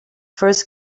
first